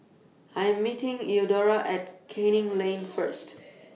I Am meeting Eudora At Canning Lane First